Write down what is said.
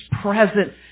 present